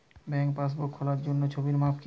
ব্যাঙ্কে পাসবই খোলার জন্য ছবির মাপ কী?